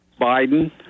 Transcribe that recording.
Biden